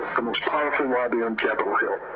lobby on capital hill